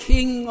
King